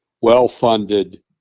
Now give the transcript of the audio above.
well-funded